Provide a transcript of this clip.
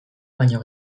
baino